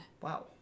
Wow